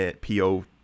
P-O